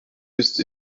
ist